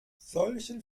solchen